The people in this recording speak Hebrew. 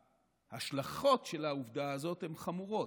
ההשלכות של העובדה הזאת הן חמורות.